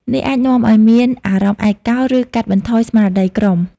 នេះអាចនាំឱ្យមានអារម្មណ៍ឯកោ ឬកាត់បន្ថយស្មារតីក្រុម។